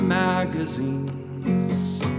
magazines